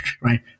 right